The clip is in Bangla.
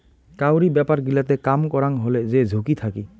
কাউরি ব্যাপার গিলাতে কাম করাং হলে যে ঝুঁকি থাকি